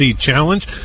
Challenge